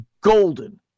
golden